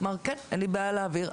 אמר שאין לו בעיה להעביר.